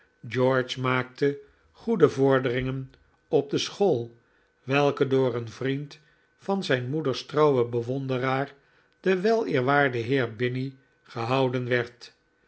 george maakte goede vorderingen op de school welke door een vriend van zijn moeders trouwen bewonderaar den weleerwaarden heer binny gehouden werd